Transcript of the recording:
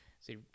see